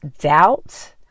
doubt